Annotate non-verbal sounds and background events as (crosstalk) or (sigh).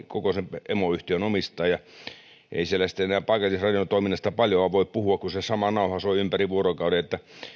(unintelligible) koko sen emoyhtiön omistaa ja ei siellä sitten enää paikallisradion toiminnasta paljoa voi puhua kun se sama nauha soi ympäri vuorokauden